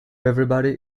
everybody